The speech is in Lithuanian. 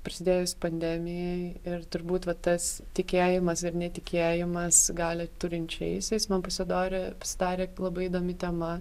prasidėjus pandemijai ir turbūt va tas tikėjimas ir netikėjimas galią turinčiaisiais man pasidarė pasidarė labai įdomi tema